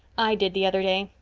i did, the other day.